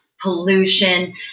pollution